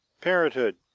Parenthood